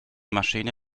maschine